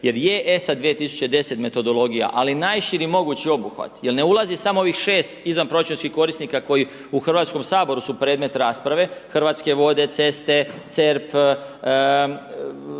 Jer je ESA 2010. metodologija ali najširi mogući obuhvat jer ne ulazi samo ovih 6 izvanproračunskih korisnika koji u Hrvatskom saboru su predmet rasprave, Hrvatske vode, ceste, CERP,